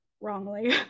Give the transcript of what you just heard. wrongly